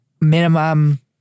minimum